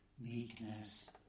Meekness